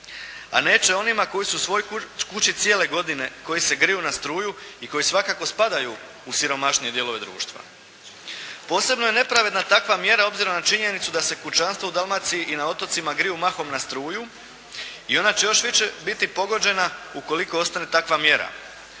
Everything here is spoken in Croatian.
A neće onima koji su u svojoj kući cijele godine, koji se griju na struju i koji svakako spadaju u siromašnije dijelove društva. Posebno je nepravedna takva mjera obzirom na činjenicu da se kućanstva u Dalmaciji i na otocima griju mahom na struju i ona će još više biti pogođena ukoliko ostane takva mjera.